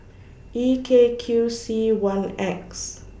E K Q C one X